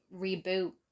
reboot